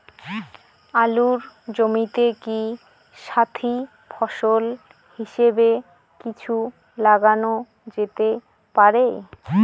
আলুর জমিতে কি সাথি ফসল হিসাবে কিছু লাগানো যেতে পারে?